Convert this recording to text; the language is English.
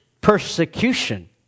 persecution